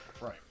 Right